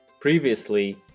Previously